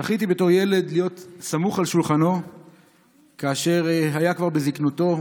זכיתי בתור ילד להיות סמוך על שולחנו כאשר היה כבר בזקנתו.